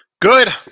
good